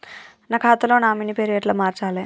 నా ఖాతా లో నామినీ పేరు ఎట్ల మార్చాలే?